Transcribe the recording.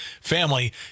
family